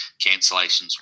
cancellations